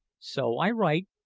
so i write,